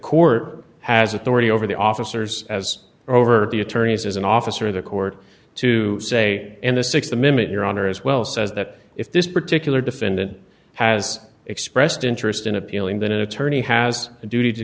court has authority over the officers as over the attorneys as an officer of the court to say in a sixty minute your honor as well says that if this particular defendant has expressed interest in appealing than an attorney has a duty to